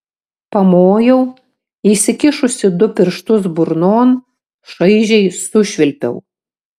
pamojau įsikišusi du pirštus burnon šaižiai sušvilpiau